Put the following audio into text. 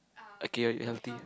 okay you're you healthy